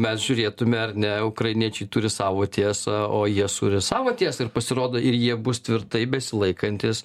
mes žiūrėtume ar ne ukrainiečiai turi savo tiesą o jie suri savą tiesą ir pasirodo ir jie bus tvirtai besilaikantys